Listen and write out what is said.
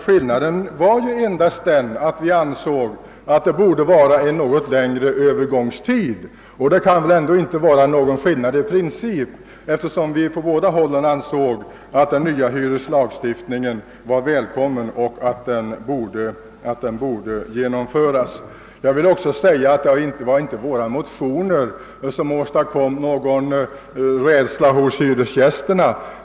Skillnaden var endast den, att vi ansåg att det borde vara en något längre övergångstid, och det kan ändå inte vara en principiell olikhet. Vi menade ju från båda hållen att den nya hyreslagstiftningen var välkommen och borde genomföras. Jag vill också säga att det inte var våra motioner som åstadkom rädsla hos hyresgästerna.